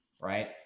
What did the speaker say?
Right